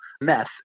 mess